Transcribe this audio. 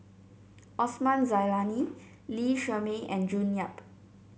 Osman Zailani Lee Shermay and June Yap